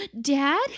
Dad